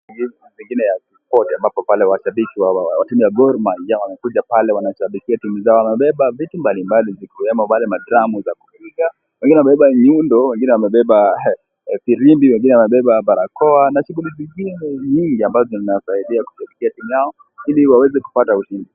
rigi, pengine ya sport , ambapo pale wasabiki wa wakenya wa Gormaia, wanakuja pale wanashabikia timu zao, wanabeba vitu mbali mbali zikiwemo pale madramu za kupiga, wenginewamebeba nyundo, wengine heh firimbi .Wengine wamebeba barakoa na vituingine ambao inasaidia kushabikia timu yao, ili waweze kupata ushindi.